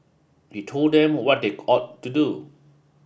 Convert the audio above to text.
he told them what they ought to do